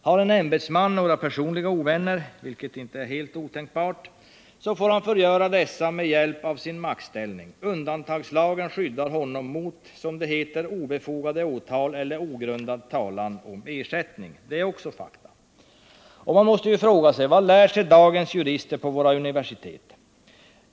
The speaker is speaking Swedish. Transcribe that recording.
Har en ämbetsman några personliga ovännervilket inte är helt otänkbart — får han förgöra dessa med hjälp av sin maktställning. Undantagslagen skyddar honom ”mot obefogade åtal eller ogrundad talan om ersättning”. Det är också fakta. Man måste fråga sig: Vad lär sig dagens jurister på våra universitet?